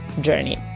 journey